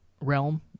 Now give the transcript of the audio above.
realm